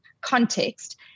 context